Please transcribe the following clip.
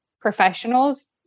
professionals